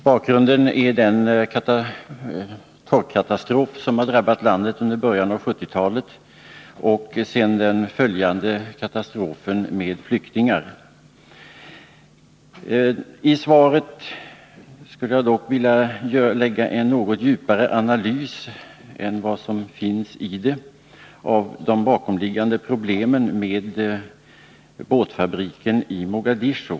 Bakgrunden är den torkkatastrof som drabbade landet i början av 1970-talet och det därpå följande flyktingproblemet. Jag skulle vilja göra en något djupare analys än den som finns i svaret av de bakomliggande problemen när det gäller båtfabriken i Mogadiscio.